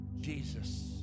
Jesus